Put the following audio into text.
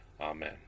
amen